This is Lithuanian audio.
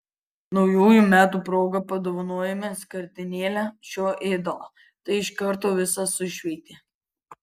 naujųjų metų proga padovanojome skardinėlę šio ėdalo tai iš karto visą sušveitė